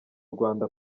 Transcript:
rwanda